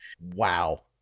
wow